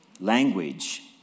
language